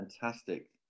fantastic